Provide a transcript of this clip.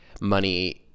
money